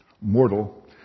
mortal